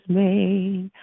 made